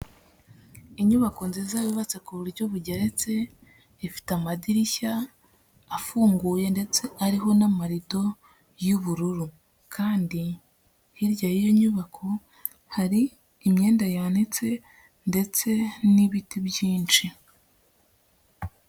Inyubako nziza yubatse ku buryo bugeretse ifite amadirishya afunguye ndetse ariho n'amarido y'ubururu. Kandi hirya y'iyo nyubako hari imyenda yanitse ndetse n'ibiti byinshi.